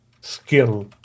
skill